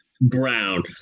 Brown